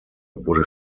wurde